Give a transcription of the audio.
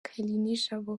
kalinijabo